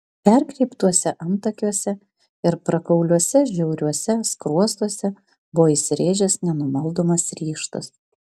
perkreiptuose antakiuose ir prakauliuose žiauriuose skruostuose buvo įsirėžęs nenumaldomas ryžtas